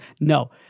No